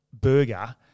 burger